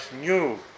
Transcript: new